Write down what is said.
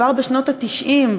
כבר בשנות ה-90,